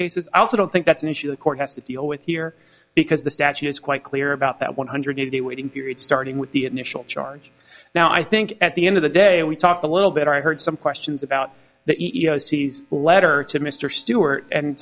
cases i also don't think that's an issue the court has to deal with here because the statute is quite clear about that one hundred eighty waiting period starting with the initial charge now i think at the end of the day and we talked a little bit i heard some questions about the e e o c letter to mr stewart and